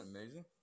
amazing